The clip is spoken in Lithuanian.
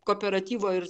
kooperatyvo ir